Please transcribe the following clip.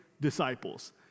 disciples